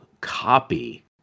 copy